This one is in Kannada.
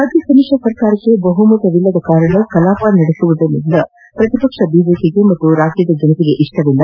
ರಾಜ್ಯ ಸಮ್ಮಿಶ್ರ ಸರ್ಕಾರಕ್ಕೆ ಬಹುಮತ ಇಲ್ಲದ ಕಾರಣ ಕಲಾಪ ನಡೆಯುವುದು ಪ್ರತಿಪಕ್ಷ ಬಿಜೆಪಿಗೆ ಹಾಗೂ ರಾಜ್ಯದ ಜನರಿಗೆ ಇಷ್ಟವಿಲ್ಲ